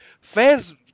Fans